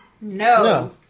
No